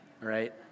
Right